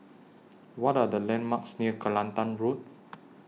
What Are The landmarks near Kelantan Road